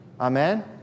Amen